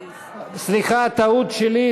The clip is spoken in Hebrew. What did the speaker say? סליחה, טעות שלי.